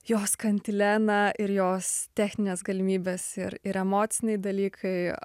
jos kantilena ir jos techninės galimybės ir ir emociniai dalykai